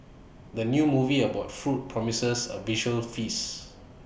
the new movie about food promises A visual feast